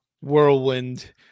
whirlwind